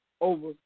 over